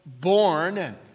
born